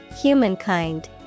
Humankind